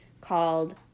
called